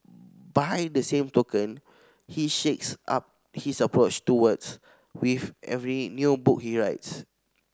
by the same token he shakes up his approach to words with every new book he writes